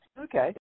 okay